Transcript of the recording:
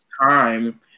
time